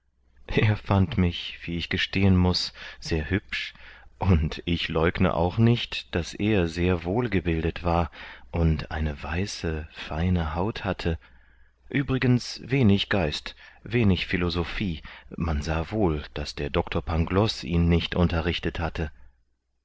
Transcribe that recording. er fand mich wie ich gestehen muß sehr hübsch und ich leugne auch nicht daß er sehr wohlgebildet war und eine weiße feine haut hatte übrigens wenig geist wenig philosophie man sah wohl daß der doctor pangloß ihn nicht unterrichtet hatte